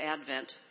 Advent